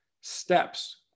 steps